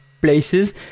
places